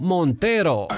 Montero